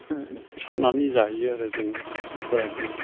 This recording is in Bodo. बेखौ सादनानै जायो आरो जों बोराइ बुरि